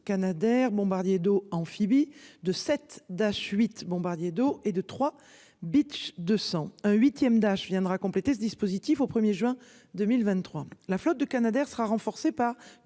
canadairs bombardiers d'eau amphibie de 7 Dash 8 bombardier d'eau et de 3 Beach 200 1/8ème d'âge viendra compléter ce dispositif au 1er juin 2023, la flotte de Canadair sera renforcé par